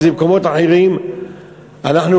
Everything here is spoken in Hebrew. אם זה במקומות אחרים,